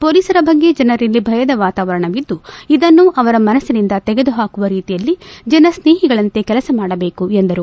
ಪೊಲೀಸರ ಬಗ್ಗೆ ಜನರಲ್ಲಿ ಭಯದ ವಾತಾವರಣವಿದ್ದು ಇದನ್ನು ಅವರ ಮನ್ನುನಿಂದ ತೆಗೆದು ಹಾಕುವ ರೀತಿಯಲ್ಲಿ ಜನಸ್ನೇಹಿಗಳಂತೆ ಕೆಲಸ ಮಾಡಬೇಕು ಎಂದರು